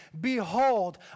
Behold